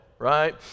right